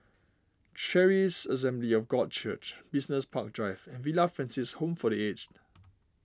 Charis Assembly of God Church Business Park Drive and Villa Francis Home for the Aged